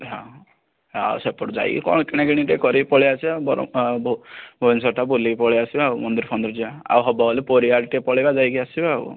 ହଁ ହଉ ସେହିପଟୁ ଯାଇକି କଣ କିଣା କିଣି କରି ଟିକେ ପଳେଇ ଆସିବା ଆଉ ବରଂ ଭୁବନେଶ୍ବର ଟା ବୁଲିକି ପଳେଇ ଆସିବା ଆଉ ମନ୍ଦିର ଫନ୍ଦିର ଯିବା ଆଉ ହେବ ଯଦି ପୁରୀ ଆଡ଼େ ଟିକେ ପଳେଇବା ଯାଇକି ଆସିବା ଆଉ